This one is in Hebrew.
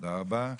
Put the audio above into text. תודה רבה.